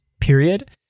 period